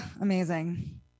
amazing